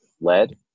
lead